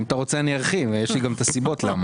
עם כל הכבוד, יש שתיים שנמצאות פה